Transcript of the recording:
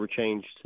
changed